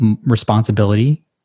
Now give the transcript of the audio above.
responsibility